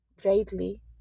greatly